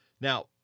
Now